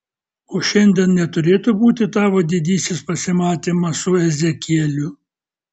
o šiandien neturėtų būti tavo didysis pasimatymas su ezekieliu